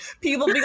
people